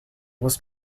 was